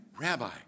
Rabbi